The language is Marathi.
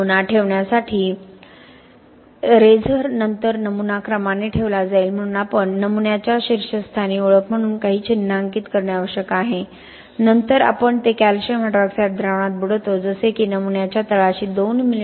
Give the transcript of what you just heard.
नमुना ठेवण्यासाठी रेझर नंतर नमुना क्रमाने ठेवला जाईल म्हणून आपण नमुन्याच्या शीर्षस्थानी ओळख म्हणून काही चिन्हांकित करणे आवश्यक आहे आणि नंतर आपण ते कॅल्शियम हायड्रॉक्साईड द्रावणात बुडवतो जसे की नमुन्याच्या तळाशी 2 मि